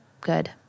Good